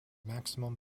maximum